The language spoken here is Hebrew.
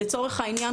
לצורך העניין,